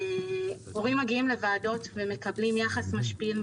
הורים מגיעים לוועדות ומקבלים יחס משפיל.